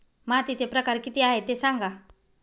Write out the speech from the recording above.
मातीचे प्रकार किती आहे ते सांगा